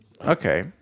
Okay